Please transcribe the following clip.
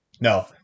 no